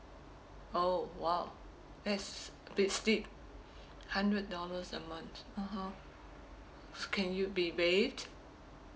oh !wow! that's hundred dollars a month (uh huh) can you rebate